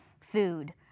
food